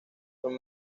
son